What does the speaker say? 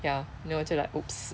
ya then 我就 like !oops!